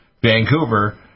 Vancouver